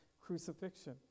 crucifixion